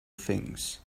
things